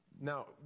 Now